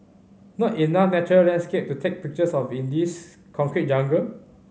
not enough natural landscape to take pictures of in this concrete jungle